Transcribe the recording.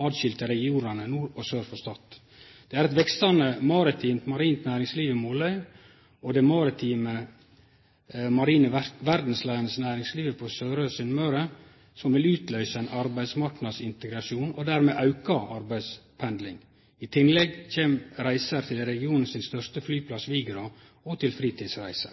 åtskilde regionane nord og sør for Stad. Det er eit veksande maritimt/marint næringsliv i Måløy, og det maritime/marine verdsleiande næringslivet på Søre Sunnmøre vil utløyse ein auka arbeidsmarknadsintegrasjon, og dermed auka arbeidspendling. I tillegg kjem reiser til regionen sin største flyplass, Vigra, og fritidsreiser.